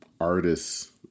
artists